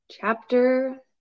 Chapter